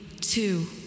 two